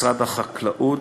משרד החקלאות,